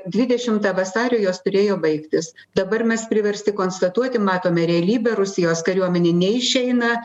dvidešimą vasario jos turėjo baigtis dabar mes priversti konstatuoti matome realybę rusijos kariuomenė neišeina